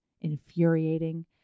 infuriating